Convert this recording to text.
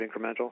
incremental